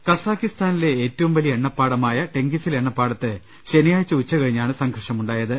് കസാക്കിസ്ഥാനിലെ ഏറ്റവും വലിയ എണ്ണപ്പാടമായ ടെങ്കിസിലെ എണ്ണ പ്പാടത്ത് ശനിയാഴ്ച ഉച്ചകഴിഞ്ഞാണ് സംഘർഷമുണ്ടായത്